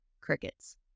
Crickets